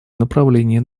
направлении